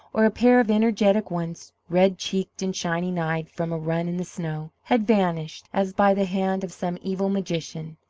or a pair of energetic ones, red-cheeked and shining-eyed from a run in the snow, had vanished as by the hand of some evil magician.